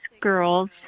girls